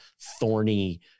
thorny